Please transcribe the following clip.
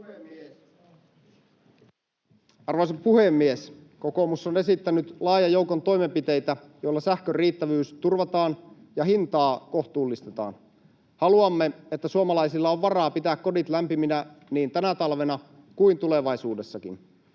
Arvoisa puhemies! Kokoomus on esittänyt laajan joukon toimenpiteitä, joilla sähkön riittävyys turvataan ja hintaa kohtuullistetaan. Haluamme, että suomalaisilla on varaa pitää kodit lämpiminä niin tänä talvena kuin tulevaisuudessakin.